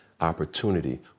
opportunity